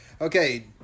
Okay